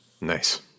Nice